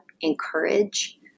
encourage